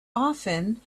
often